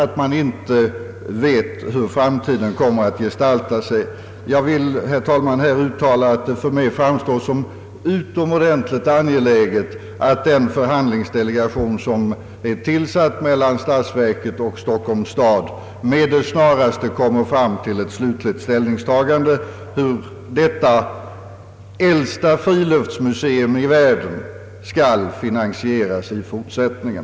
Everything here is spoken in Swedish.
Jag vill här uttala, herr talman, att det för mig framstår som utomordentligt angeläget att den förhandlingsdelegation, som är tillsatt mellan staten och Stockholms stad, med det snaraste kommer fram till ett slutligt ställningstagande i frågan hur detta världens äldsta friluftsmuseum skall finansieras i fortsättningen.